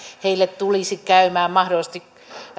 mahdollisesti tulisi käymään